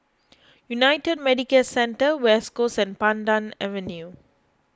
United Medicare Centre West Coast and Pandan Avenue